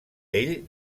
ell